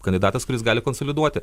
kandidatas kuris gali konsoliduoti